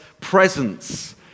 presence